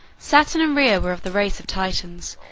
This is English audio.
saturn and rhea were of the race of titans,